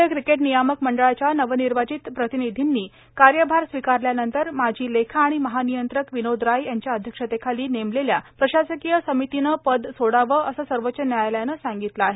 भारतीय क्रिकेट नियामक मंडळाच्या नवनिर्वाचित प्रतिनिधी कार्यभार स्वीकारल्यानंतर माजी लेखा आणि महानियंत्रक विनोद राय यांच्या अध्यक्षतेखाली नेमलेल्या प्रशासकीय समितीनं पद सोडावं असं सर्वोच्च न्यायालयानं सांगितलं आहे